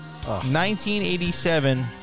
1987